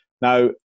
Now